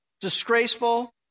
disgraceful